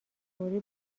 فوری